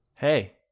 Hey